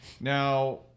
Now